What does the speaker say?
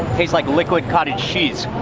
tastes like liquid cottage cheese.